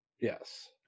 yes